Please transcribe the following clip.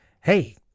hey